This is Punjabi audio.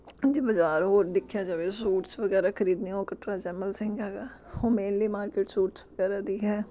ਜੇ ਬਜ਼ਾਰ ਹੋਰ ਦੇਖਿਆ ਜਾਵੇ ਸੂਟਸ ਵਗੈਰਾ ਖਰੀਦਣੇ ਹੋਣ ਉਹ ਕੱਟੜਾ ਜੈਮਲ ਸਿੰਘ ਹੈਗਾ ਉਹ ਮੇਨਲੀ ਮਾਰਕੀਟ ਸੂਟਸ ਵਗੈਰਾ ਦੀ ਹੈ